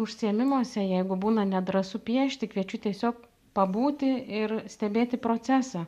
užsiėmimuose jeigu būna nedrąsu piešti kviečiu tiesiog pabūti ir stebėti procesą